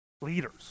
leaders